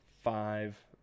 five